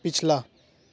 ਪਿਛਲਾ